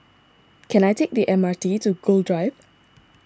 can I take the M R T to Gul Drive